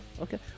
okay